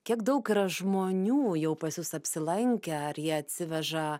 kiek daug yra žmonių jau pas jus apsilankę ar jie atsiveža